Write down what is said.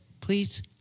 please